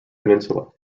peninsula